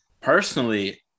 Personally